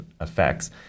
effects